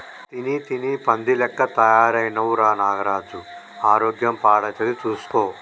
తిని తిని పంది లెక్క తయారైతున్నవ్ రా నాగరాజు ఆరోగ్యం పాడైతది చూస్కో